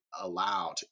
allowed